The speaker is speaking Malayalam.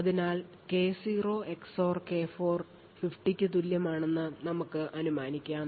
അതിനാൽ K0 XOR K4 50 ന് തുല്യമാണെന്ന് നമുക്ക് അനുമാനിക്കാം